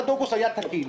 עד אוגוסט היה תקין.